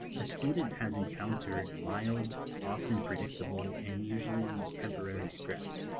ah student has encountered mild often predictable, and usually temporary stress.